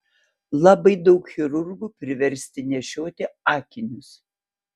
labai daug chirurgų priversti nešioti akinius